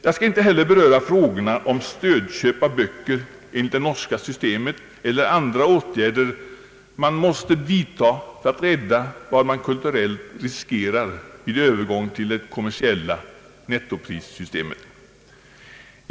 Jag skall inte beröra frågorna om stödköp av böcker enligt det norska systemet eller andra åtgärder man måste vidta för att rädda vad man kulturellt riskerar vid övergång till det kommersiella nettoprissystemet.